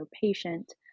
patient